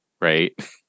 right